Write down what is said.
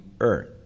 earth